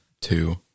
two